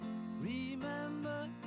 remember